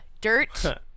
dirt